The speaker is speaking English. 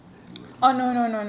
that you were talking about